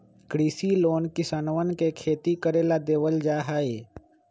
कृषि लोन किसनवन के खेती करे ला देवल जा हई